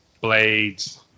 blades